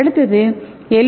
அடுத்தது எல்